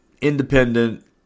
independent